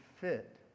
fit